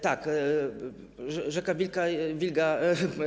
Tak, rzeka Wilga.